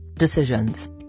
decisions